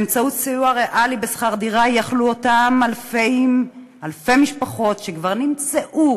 באמצעות סיוע ריאלי בשכר דירה יכלו אותן אלפי משפחות שכבר נמצאו,